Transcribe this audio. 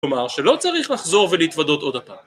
כלומר שלא צריך לחזור ולהתוודות עוד הפעם